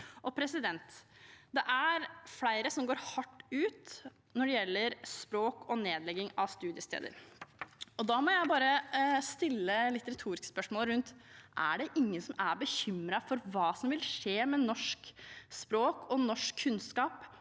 senere. Det er flere som går hardt ut når det gjelder språk og nedlegging av studiesteder. Da må jeg bare stille et litt retorisk spørsmål: Er det ingen som er bekymret for hva som vil skje med norsk språk og norsk kunnskap